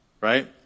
right